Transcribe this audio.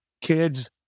kids